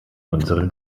unsere